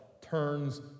turns